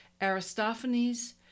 Aristophanes